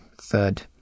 third